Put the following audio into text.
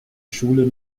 schule